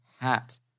hat